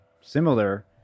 similar